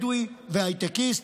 בדואי והייטקיסט,